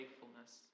faithfulness